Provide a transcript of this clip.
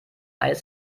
eis